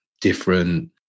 different